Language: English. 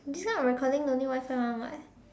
this one recording only one side [one] [what]